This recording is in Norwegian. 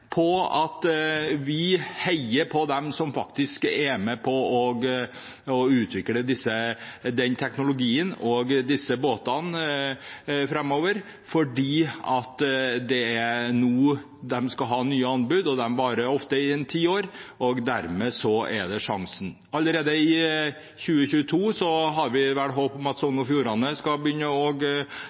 at vi heier på dem som er med på å utvikle den teknologien og disse båtene framover. Det er nå de skal ha nye anbud, og de varer ofte i ca. ti år, og dermed er det en sjanse. Vi har håp om at Sogn og Fjordane skal begynne å kunne bruke noen av disse båtene allerede i 2022, og